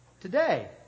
today